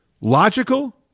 logical